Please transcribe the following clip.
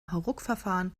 hauruckverfahren